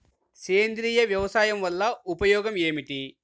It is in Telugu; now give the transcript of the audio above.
సేంద్రీయ వ్యవసాయం వల్ల ఉపయోగం ఏమిటి?